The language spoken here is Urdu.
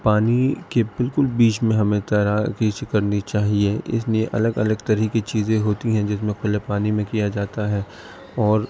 پانی کے بالکل بیچ میں ہمیں تیراکی کرنی چاہیے اس لیے الگ الگ طرح کی چیزیں ہوتی ہیں جس میں کھلے پانی میں کیا جاتا ہے اور